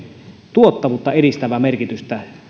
tuottavuutta edistävää merkitystä